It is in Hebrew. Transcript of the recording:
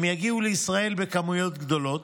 הם יגיעו לישראל בכמויות גדולות,